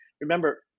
Remember